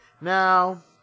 Now